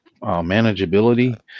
manageability